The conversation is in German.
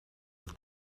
auf